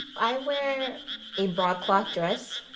i wear a broadcloth dress.